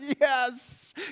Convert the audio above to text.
Yes